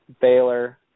Baylor